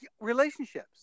relationships